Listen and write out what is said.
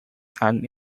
and